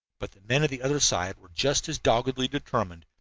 but the men of the other side were just as doggedly determined,